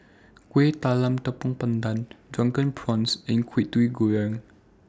Kueh Talam Tepong Pandan Drunken Prawns and Kwetiau Goreng